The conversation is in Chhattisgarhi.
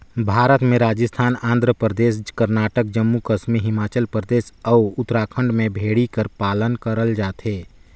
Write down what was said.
भारत में राजिस्थान, आंध्र परदेस, करनाटक, जम्मू कस्मी हिमाचल परदेस, अउ उत्तराखंड में भेड़ी कर पालन करल जाथे